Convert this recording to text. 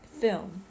film